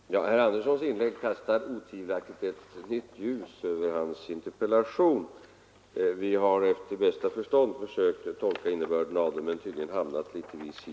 Fru talman! Herr Anderssons i Örebro inlägg kastar otvivelaktigt ett nytt ljus över hans interpellation. Vi har efter bästa förstånd försökt tolka innebörden i den men tydligen hamnat litet fel.